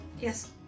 Yes